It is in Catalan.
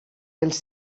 els